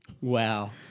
wow